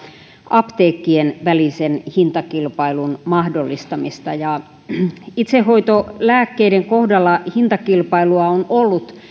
apteekkien välisen hintakilpailun mahdollistamista itsehoitolääkkeiden kohdalla hintakilpailua on ollut